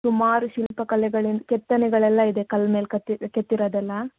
ಸುಮಾರು ಶಿಲ್ಪಕಲೆಗಳು ಕೆತ್ತನೆಗಳೆಲ್ಲ ಇದೆ ಕಲ್ಲ ಮೇಲೆ ಕತ್ತಿರ್ ಕೆತ್ತಿರೋದೆಲ್ಲ